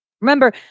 Remember